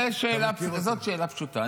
זאת שאלה פשוטה.